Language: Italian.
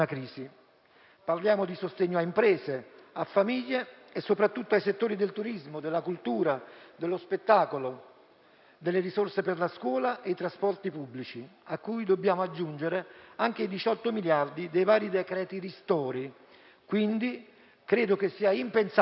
Parliamo di sostegno a imprese e famiglie, ma soprattutto ai settori del turismo, della cultura e dello spettacolo, nonché delle risorse per la scuola e i trasporti pubblici, a cui dobbiamo aggiungere anche i 18 miliardi dei vari decreti ristori: ritengo quindi impensabile